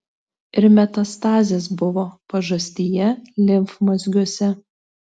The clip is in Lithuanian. ir metastazės buvo pažastyje limfmazgiuose